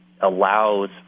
allows